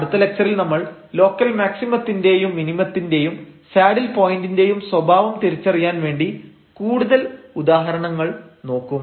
അടുത്ത ലക്ച്ചറിൽ നമ്മൾ ലോക്കൽ മാക്സിമത്തിന്റെയും മിനിമത്തിന്റെയും സാഡിൽ പോയന്റിന്റെയും സ്വഭാവം തിരിച്ചറിയാൻ വേണ്ടി കൂടുതൽ ഉദാഹരണങ്ങൾ നോക്കും